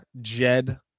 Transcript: Jed